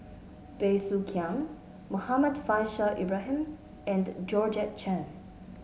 Bey Soo Khiang Muhammad Faishal Ibrahim and Georgette Chen